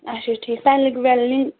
اچھا ٹھیٖک پِیَنلِنگ وِیَنٛلِنٛگ